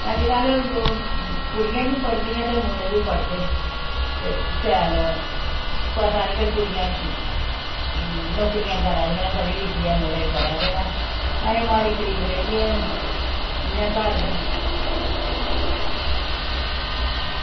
अज्जकल कुड़ियां बी पढ़दियां ते मुढ़े बी पढ़दे ते शैल पता निं भाई कुड़ियां नौकरियां करा दियां न पढ़ी लिखियै मुढ़े करा दे न अहें मारी गरीब रेही गे इ'यां घर गै